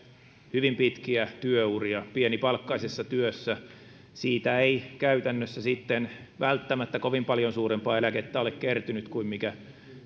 hyvin pitkiä työuria pienipalkkaisessa työssä ja siitä ei käytännössä sitten välttämättä kovin paljon suurempaa eläkettä ole kertynyt kuin mikä